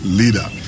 leader